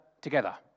together